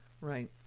right